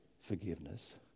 forgiveness